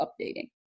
updating